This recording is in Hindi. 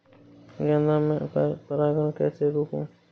गेंदा में पर परागन को कैसे रोकुं?